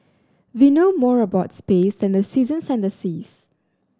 we know more about space than the seasons and the seas